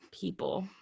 people